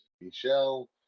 Michelle